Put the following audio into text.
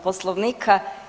Poslovnika.